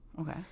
okay